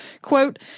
quote